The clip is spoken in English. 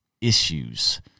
issues